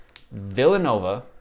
Villanova